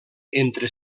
entre